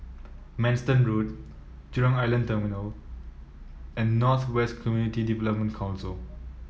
Manston Road Jurong Island Terminal and North West Community Development Council